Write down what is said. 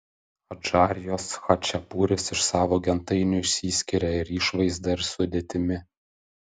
adžarijos chačapuris iš savo gentainių išsiskiria ir išvaizda ir sudėtimi